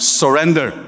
surrender